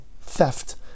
theft